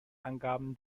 angaben